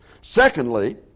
Secondly